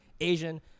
Asian